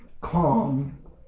calm